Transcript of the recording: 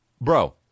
Bro